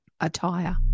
Attire